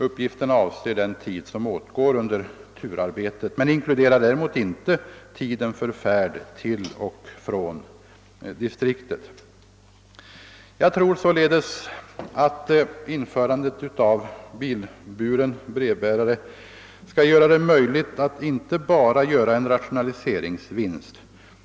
Uppgifterna avser den tid som åtgår under turarbetet men inkluderar däremot inte tiden för färd till och från distriktet. Jag tror således att införandet av bilburen brevbärare inte bara skulle möjliggöra en rationaliseringsvinst.